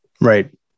Right